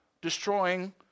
Destroying